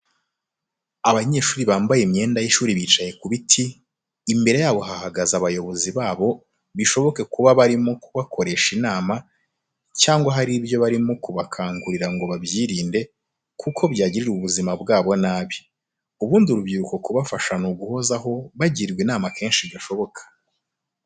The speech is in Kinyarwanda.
Abanyeshuri bambaye imyenda y'ishuri bicaye mu biti, imbere yabo hahagaze abayobozi babo bishoboke kuba barimo kubakoresha inama cyangwa hari ibyo barimo kubakangurira ngo babyirinde, kuko byagirira ubuzima bwabo nabi. Ubundi urubyiruko kubafasha ni uguhozaho bagirwa inama kenshi gashoboka.